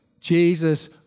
Jesus